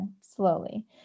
slowly